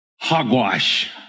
hogwash